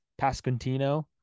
pasquantino